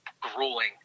grueling